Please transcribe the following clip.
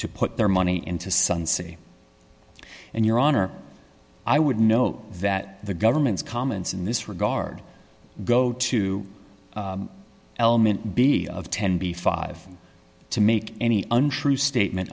to put their money into sun city and your honor i would note that the government's comments in this regard go to element b of ten b five to make any untrue statement